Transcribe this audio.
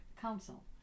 Council